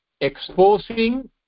exposing